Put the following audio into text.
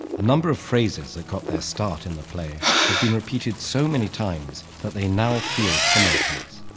a number of phrases that got their start in the play have been repeated so many times that they now feel commonplace.